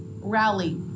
rally